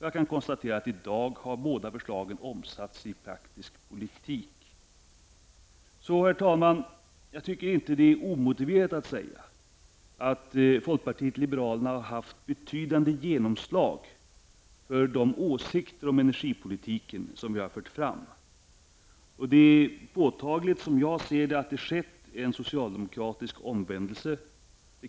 Jag kan konstatera att i dag har båda dessa förslag omsatts i praktisk politik. Herr talman! Jag tycker alltså inte att det är omotiverat att säga att folkpartiet liberalerna har haft ett betydande genomslag för de åsikter om energipolitiken som vi har fört fram. Det är, som jag ser det, påtagligt att det har skett en socialdemokratisk omvändelse.